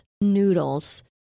Noodles